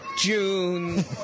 June